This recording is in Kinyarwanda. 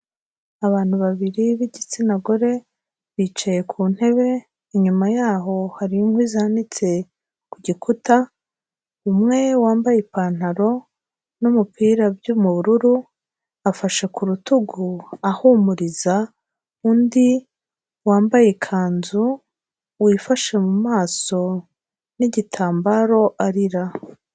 Abantu babiri b'igitsina gore, bicaye ku ntebe, inyuma yaho hari inkwi zanditse ku gikuta, umwe wambaye ipantaro n'umupira byo mu bururu afashe ku rutugu ahumuriza undi wambaye ikanzu, wifashe mu maso n'igitambaro arira.